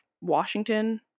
Washington